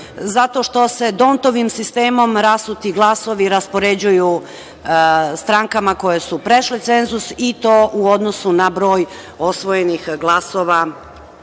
zato što se Dontovim sistemom rasuti glasovi raspoređuju strankama koje su prešle cenzus i to u odnosu na broj osvojenih glasova